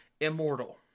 immortal